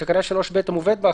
בתקנה 3(ב) המובאת בה,